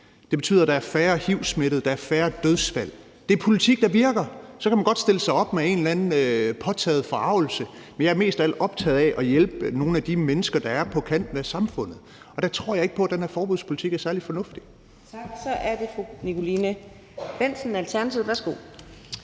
Det betyder, at der er færre hiv-smittede, og at der er færre dødsfald. Det er politik, der virker. Så kan man godt stille sig op med en eller anden påtaget forargelse, men jeg er mest af alt optaget af at hjælpe nogle af de mennesker, der er på kanten af samfundet. Der tror jeg ikke på, at den her forbudspolitik er særlig fornuftig. Kl. 15:28 Fjerde næstformand (Karina